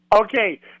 Okay